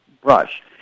brush